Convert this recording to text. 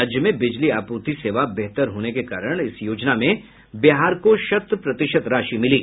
राज्य में बिजली आपूर्ति सेवा बेहतर होने के कारण इस योजना में बिहार को शत प्रतिशत राशि मिली